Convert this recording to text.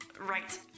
right